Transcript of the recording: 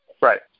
Right